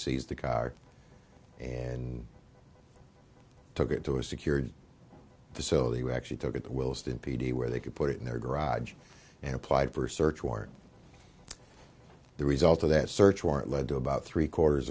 seized the car and took it to a secure facility we actually took it wilston p d where they could put it in their garage and applied for a search warrant the result of that search warrant led to about three quarters